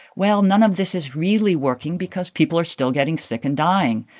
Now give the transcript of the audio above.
well, none of this is really working because people are still getting sick and dying.